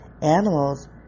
Animals